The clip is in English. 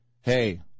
Hey